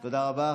תודה רבה.